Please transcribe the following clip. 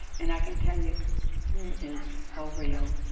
and i can tell you, he is so real.